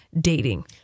dating